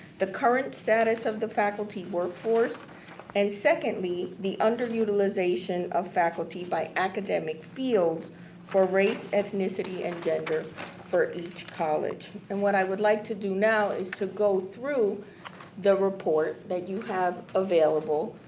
the current status the faculty workforce and secondly, the under utilization of faculty by academic fields for race, ethnicity and gender for each college. and what i would like to do now is to go through the report that you have available.